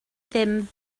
ddim